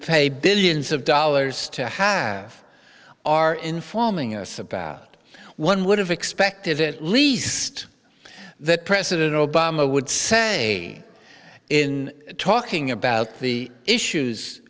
pay billions of dollars to have our informing us about one would have expected it least that president obama would say in talking about the issues